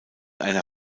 einer